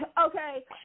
Okay